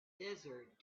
desert